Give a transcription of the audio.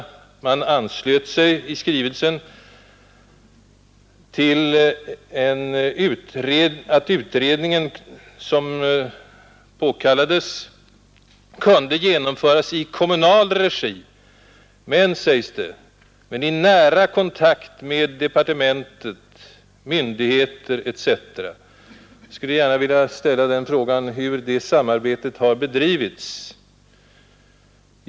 Riksdagen anslöt sig i skrivelsen till meningen att den utredning som påkallades kunde genomföras i kommunal regi men i nära kontakt och samarbete med departementet, myndigheter, etc. Jag skulle gärna vilja fråga i vilka former det samarbetet har bedrivits.